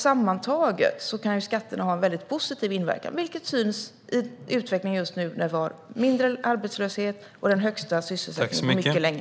Sammantaget kan skatterna ha en väldigt positiv inverkan, vilket syns i utvecklingen just nu, när vi har lägre arbetslöshet och den högsta sysselsättningen på mycket länge.